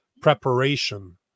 preparation